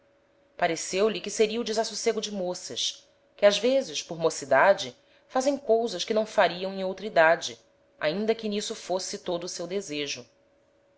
nada pareceu-lhe que seria o desassocego de moças que ás vezes por mocidade fazem cousas que não fariam em outra idade ainda que n'isso fosse todo o seu desejo